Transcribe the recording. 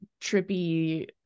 trippy